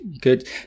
Good